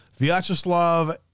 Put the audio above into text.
Vyacheslav